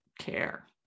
care